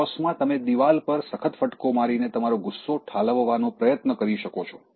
સ્ક્વોશમાં તમે દિવાલ પર સખત ફટકો મારીને તમારો ગુસ્સો ઠાલવવાનો પ્રયત્ન કરી શકો છો